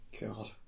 God